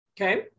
Okay